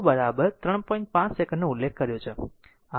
5 સેકંડનો ઉલ્લેખ કર્યો છે